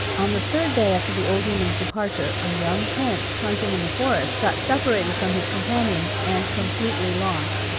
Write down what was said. on the third day after the old woman's departure a young prince, hunting in the forest, got separated from his companions, and completely lost.